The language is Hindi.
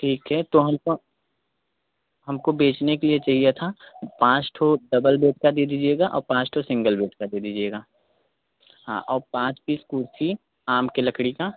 ठीक है तो हमको हमको बेचने के लिए चाहिए था पाँच ठो डबल बेड का दे दीजिएगा और पाँच ठो सिंगल बेड का दे दीजिएगा हाँ और पाँच पीस कुर्सी आम के लकड़ी का